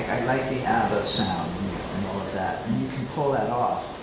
i like the abba sound and all of that. and you can pull that off.